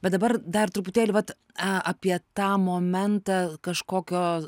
bet dabar dar truputėlį vat a apie tą momentą kažkokio